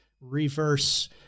reverse